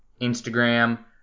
Instagram